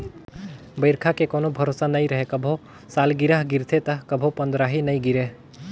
बइरखा के कोनो भरोसा नइ रहें, कभू सालगिरह गिरथे त कभू पंदरही नइ गिरे